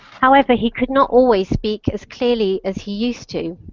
however, he could not always speak as clearly as he used to.